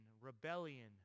rebellion